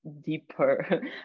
deeper